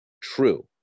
true